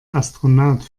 astronaut